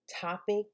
topic